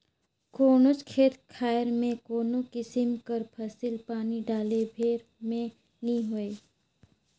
कोनोच खेत खाएर में कोनो किसिम कर फसिल पानी डाले भेर में नी होए